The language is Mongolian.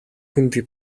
хөндий